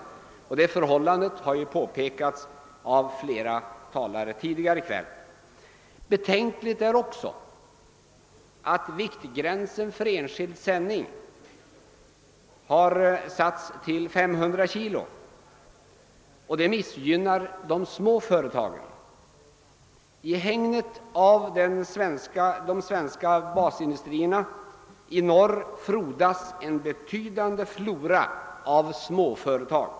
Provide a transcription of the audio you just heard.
Det förhållandet har påpekats av flera talare. Betänkligt är också att viktgränsen för enskild sändning har satts till 500 kg. Det missgynnar de små företagen. I hägnet av de svenska basindustrierna i norr. frodas en betydande flora av småföretag.